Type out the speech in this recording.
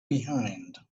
behind